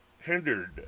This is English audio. hindered